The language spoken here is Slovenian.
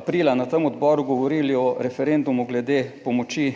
aprila na tem odboru govorili o referendumu glede pomoči